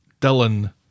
Dylan